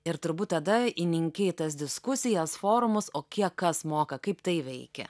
ir turbūt tada įninki į tas diskusijas forumus o kiek kas moka kaip tai veikia